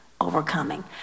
overcoming